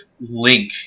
Link